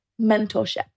mentorship